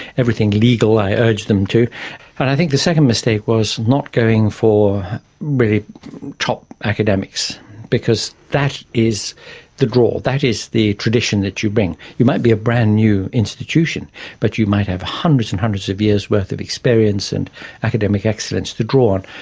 everything legal i urge them to. and i think the second mistake was not going for really top academics because that is the draw, that is the tradition that you bring. you might be a brand-new institution but you might have hundreds and hundreds of years worth of experience and academic excellence to draw on.